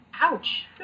Ouch